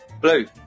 Blue